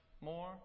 more